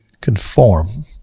conform